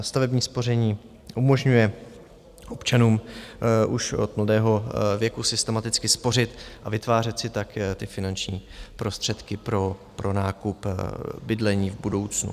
Stavební spoření umožňuje občanům už od mladého věku systematicky spořit a vytvářet si tak finanční prostředky pro nákup bydlení v budoucnu.